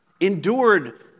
endured